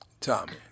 Tommy